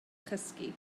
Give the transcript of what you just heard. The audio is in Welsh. chysgu